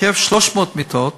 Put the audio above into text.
בהיקף של 300 מיטות,